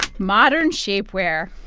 modern shapewear